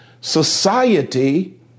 society